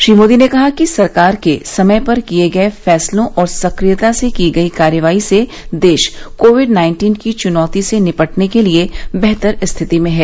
श्री मोदी ने कहा कि सरकार के समय पर किए गये फैसलों और सक्रियता से की गई कार्रवाई से देश कोविड नाइन्टीन की चुनौती से निपटने के लिए बेहतर स्थिति में है